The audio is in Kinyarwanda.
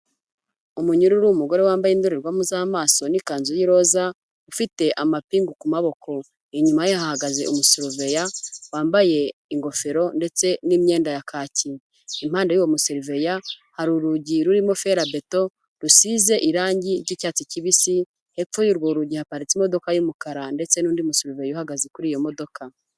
Umunyururu umugore wambaye indorerwamo z'amaso n'ikanzu ye roza, ufite amapingu ku maboko. Inyuma ye hagaze umusoruveya wambaye ingofero ndetse n'imyenda ya kaki. Impande y'uwo musoruveya hari urugi rurimo ferabeto rusize irangi ry'icyatsi kibisi, hepfo y'urwo rugi haparitse imodoka y'umukara ndetse n'undi musoruveya uhagaze kuri iyo modoka.